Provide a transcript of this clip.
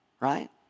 Right